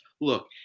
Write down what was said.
Look